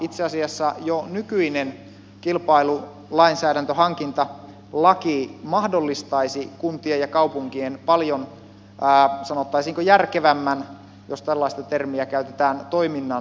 itse asiassa jo nykyinen kilpailulainsäädäntö hankintalaki mahdollistaisi kuntien ja kaupunkien paljon sanottaisiinko järkevämmän jos tällaista termiä käytetään toiminnan